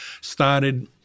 started